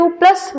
plus